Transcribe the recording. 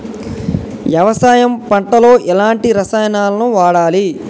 వ్యవసాయం పంట లో ఎలాంటి రసాయనాలను వాడాలి?